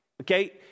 Okay